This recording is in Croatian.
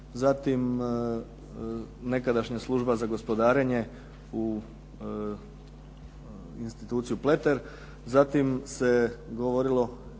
Zatim, nekadašnja Služba za gospodarenje u instituciju Pleter, zatim se govorilo